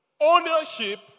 ownership